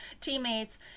teammates